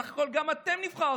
בסך הכול גם אתם נבחרתם,